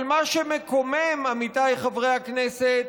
אבל מה שמקומם, עמיתיי חברי הכנסת,